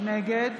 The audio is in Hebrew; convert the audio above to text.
נגד